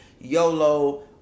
Yolo